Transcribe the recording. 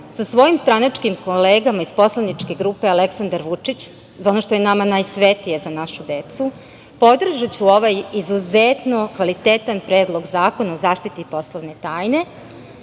sa svojim stranačkim kolegama iz poslaničke grupe Aleksandar Vučić, ono što je nama najsvetije, Za našu decu, podržaću ovaj izuzetno kvalitetan Predlog zakona o zaštiti poslovne tajne